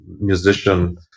musician